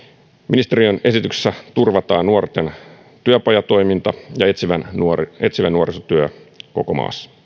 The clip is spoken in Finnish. ministeriön esityksessä turvataan nuorten työpajatoiminta ja etsivä nuorisotyö koko maassa määrärahaa